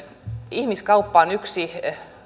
ihmiskauppa on yksi